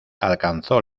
alcanzó